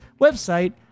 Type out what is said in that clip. website